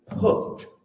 hooked